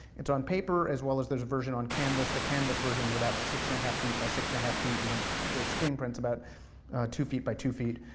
it's on paper, as well as there's a version on canvas. the canvas versions about six and a half feet by six and a half feet, and um the the screen print's about two feet by two feet.